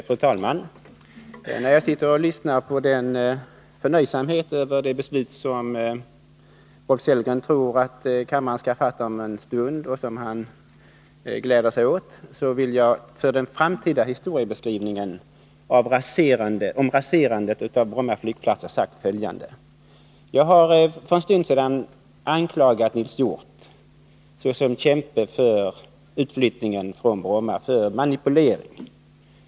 Fru talman! Efter att ha lyssnat till Rolf Sellgrens förnöjsamhet över det beslut som han tror att kammaren skall fatta om en stund och som han gläder sig åt vill jag för den framtida historieskrivningen om raserandet av Bromma flygplats säga följande. Jag har för en stund sedan anklagat Nils Hjorth såsom kämpe för utflyttningen från Bromma för manipulering.